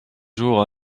jours